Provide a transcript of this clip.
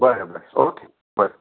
बरें बरें ओके बरें